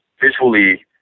visually